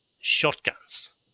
shotguns